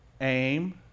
aim